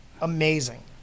amazing